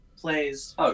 plays